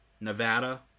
nevada